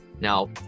Now